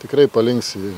tikrai palinks į